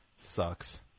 sucks